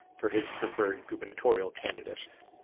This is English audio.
for his preferred gubernatorial candidates.